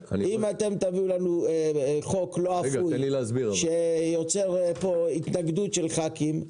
אם תביאו לנו חוק לא אפוי שיוצר פה התנגדות של ח"כים,